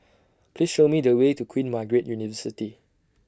Please Show Me The Way to Queen Margaret University